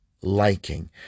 liking